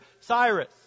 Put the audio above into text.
Cyrus